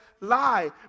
lie